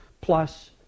Plus